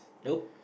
nope